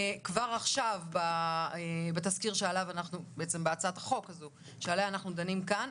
כבר עכשיו בהצעת החוק הזו עליה אנחנו דנים כאן.